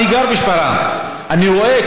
אני גר בשפרעם ואני רואה,